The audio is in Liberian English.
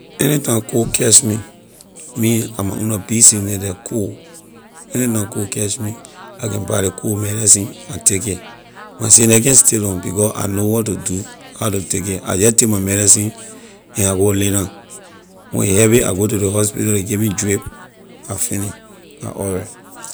Anytime cold catch me, me la my own nor big sickness the cold anytime cold catch me I can buy ley cold medicine I take it my sickness can’t stay long because I know what to do how to take it I jeh take my medicine and I go lay down when a heavy I go to ley hospital ley give me drip I finish. I alright.